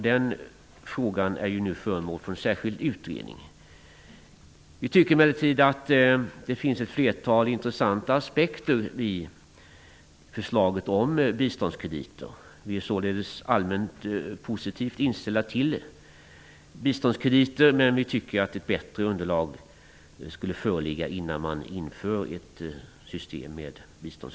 Den frågan är nu föremål för särskild utredning. Vi tycker emellertid att det finns ett flertal intressanta aspekter i förslaget om biståndskrediter. Vi är således allmänt positivt inställda till biståndskrediter, men vi tycker att det bör finnas ett bättre underlag innan man inför ett sådant system.